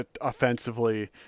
offensively